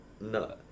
No